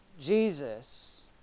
Jesus